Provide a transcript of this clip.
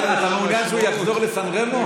שאחזור לסן רמו?